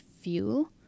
fuel